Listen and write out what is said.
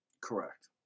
Correct